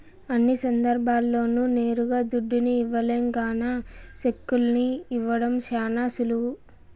అన్ని సందర్భాల్ల్లోనూ నేరుగా దుడ్డుని ఇవ్వలేం గాన సెక్కుల్ని ఇవ్వడం శానా సులువు